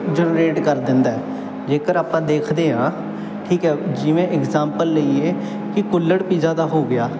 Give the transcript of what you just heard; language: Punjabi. ਜਨਰੇਟ ਕਰ ਦਿੰਦਾ ਜੇਕਰ ਆਪਾਂ ਦੇਖਦੇ ਹਾਂ ਠੀਕ ਹੈ ਜਿਵੇਂ ਇਗਜਾਮਪਲ ਲਈਏ ਕਿ ਕੁੱਲੜ ਪਿੱਜ਼ਾ ਦਾ ਹੋ ਗਿਆ